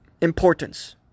importance